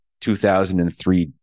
2003